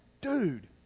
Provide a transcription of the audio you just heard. dude